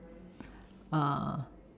err